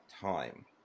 time